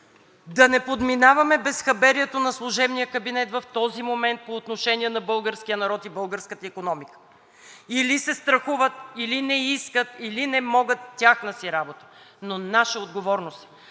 да не подминаваме безхаберието на служебния кабинет в този момент по отношение на българския народ и българската икономика – или се страхуват, или не искат, или не могат – тяхна си работа, но наша отговорност е